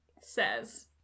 says